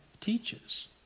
teaches